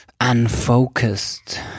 unfocused